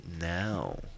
now